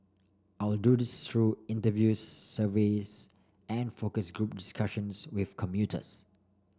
I'll do this through interviews surveys and focus group discussions with commuters